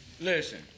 Listen